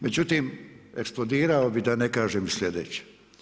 Međutim, eksplodirao bi da ne kažem slijedeće.